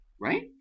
right